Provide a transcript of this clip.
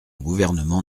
gouvernement